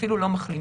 אפילו לא למחלימים.